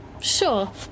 sure